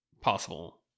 possible